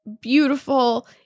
beautiful